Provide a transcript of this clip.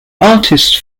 artist